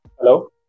Hello